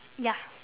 ya